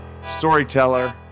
Storyteller